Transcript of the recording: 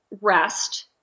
rest